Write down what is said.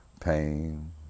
pain